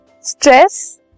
stress